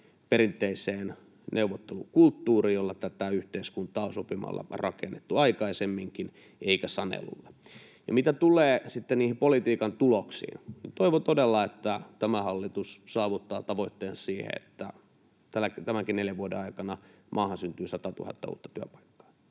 perinteiseen neuvottelukulttuuriin, jolla tätä yhteiskuntaa on sopimalla rakennettu aikaisemminkin, eikä sanelulla. Mitä tulee sitten niihin politiikan tuloksiin, toivon todella, että tämä hallitus saavuttaa tavoitteensa, että tämänkin neljän vuoden aikana maahan syntyy satatuhatta uutta työpaikkaa.